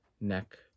neck